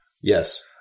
Yes